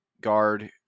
guard